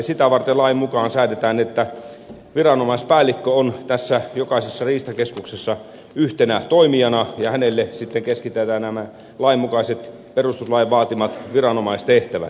sitä varten lain mukaan säädetään että viranomaispäällikkö on jokaisessa riistakeskuksessa yhtenä toimijana ja hänelle sitten keskitetään nämä lain mukaiset perustuslain vaatimat viranomaistehtävät